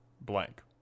blank